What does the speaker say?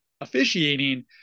officiating